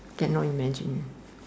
cannot imagine